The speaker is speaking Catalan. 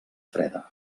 freda